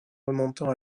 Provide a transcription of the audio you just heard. remontant